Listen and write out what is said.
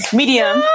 medium